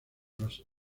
los